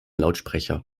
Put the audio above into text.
lautsprecher